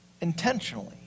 intentionally